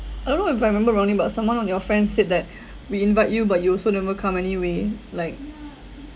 I don't know if I remember wrongly but someone on your friend said that we invite you but you also never come anyway like